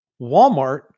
Walmart